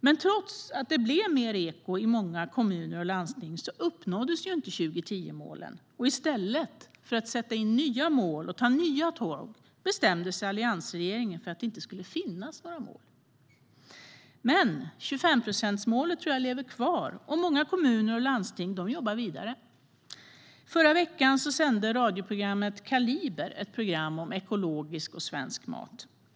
Men trots att det blev mer eko i många kommuner och landsting uppnåddes inte 2010-målen, och i stället för att sätta nya mål och ta nya tag bestämde sig alliansregeringen för att det inte skulle finnas några mål. Men 25-procentsmålet tror jag lever kvar, och många kommuner och landsting jobbar vidare. I förra veckan handlade radioprogrammet Kaliber om ekologisk och svensk mat.